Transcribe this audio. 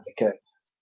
advocates